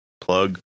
Plug